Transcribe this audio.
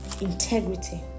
integrity